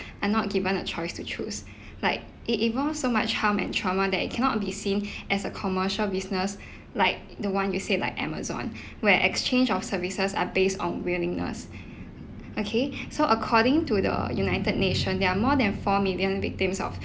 are not given a choice to choose like it involves so much harm and trauma that it cannot be seen as a commercial business like the one you said like Amazon where exchange of services are based on willingness okay so according to the United Nation there are more than four million victims of